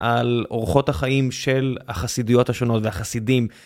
על אורחות החיים של החסידיות השונות והחסידים.